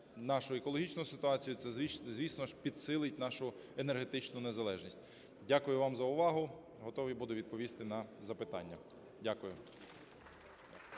нашу екологічну ситуацію, це, звісно ж, підсилить нашу енергетичну незалежність. Дякую вам за увагу. Готовий буду відповісти на запитання. Дякую.